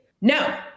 no